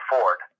Ford